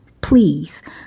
please